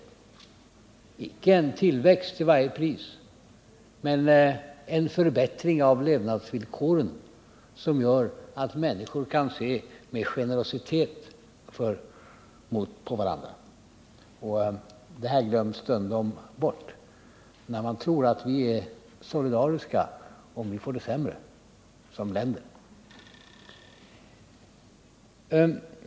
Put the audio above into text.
Det är icke en tillväxt till varje pris men en förbättring av levnadsvillkoren som gör att människor kan se med generositet på varandra. Detta glöms stundom bort, när man tror att vi är solidariska om vi får det sämre som länder.